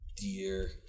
dear